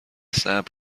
صبر